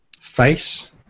face